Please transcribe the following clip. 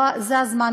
זה הזמן,